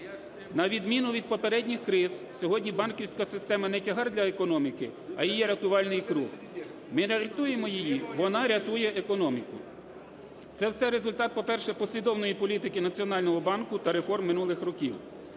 На відміну від попередніх криз сьогодні банківська система не тягар для економіки, а її рятувальний круг. Ми не рятуємо її, вона рятує економіку. Це все результат, по-перше, послідовної політики Національного банку та реформ минулих років.